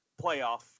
playoff